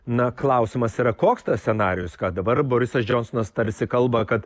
na klausimas yra koks tas scenarijus ką dabar borisas džonsonas tarsi kalba kad